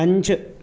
അഞ്ച്